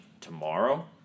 tomorrow